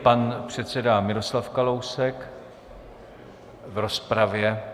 Pan předseda Miroslav Kalousek v rozpravě.